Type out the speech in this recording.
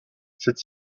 cette